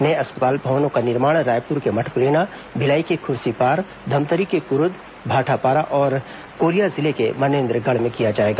नए अस्पताल भवनों का निर्माण रायपुर के मठपुरैना भिलाई के खुर्सीपार धमतरी के कुरूद भाटापारा और कोरिया जिले के मनेन्द्रगढ़ में किया जाएगा